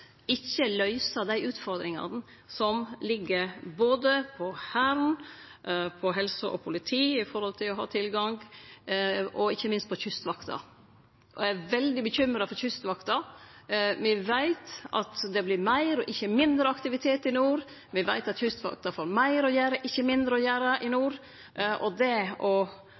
dei vil uansett ikkje løyse utfordringane som ligg både på Hæren, på helse og på politi når det gjeld tilgang, og ikkje minst på Kystvakta. Eg er veldig bekymra for Kystvakta. Me veit det vert meir, ikkje mindre, aktivitet i nord, og me veit at Kystvakta får meir, ikkje mindre, å gjere i nord. Det å sikre god kapasitet på helikopter til både Kystvakta og